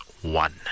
One